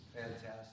fantastic